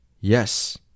yes